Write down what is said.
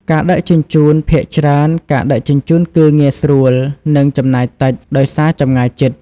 ការដឹកជញ្ជូន ភាគច្រើនការដឹកជញ្ជូនគឺងាយស្រួល និងចំណាយតិច ដោយសារចម្ងាយជិត។